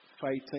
fighting